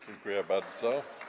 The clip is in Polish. Dziękuję bardzo.